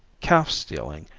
calf stealing,